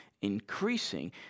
increasing